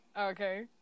Okay